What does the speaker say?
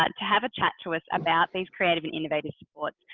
but to have a chat to us about these creative and innovative supports.